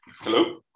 Hello